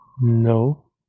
No